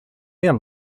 their